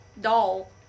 doll